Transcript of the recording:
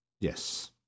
yes